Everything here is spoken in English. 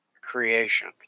creation